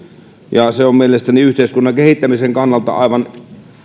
se on mielestäni yhteiskunnan kehittämisen kannalta aivan